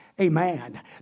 Amen